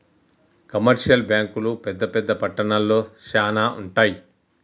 commercial బ్యాంకులు పెద్ద పెద్ద పట్టణాల్లో శానా ఉంటయ్